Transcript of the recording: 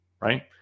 right